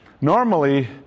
normally